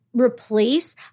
replace